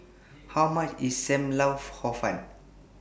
How much IS SAM Lau Hor Fun